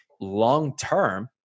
long-term